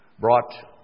brought